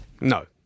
No